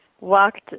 walked